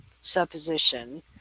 Supposition